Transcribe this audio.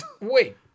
Wait